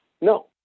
No